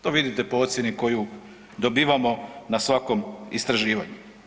To vidite po ocjeni koju dobivamo na svakom istraživanju.